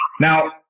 now